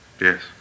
Yes